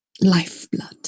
lifeblood